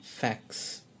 Facts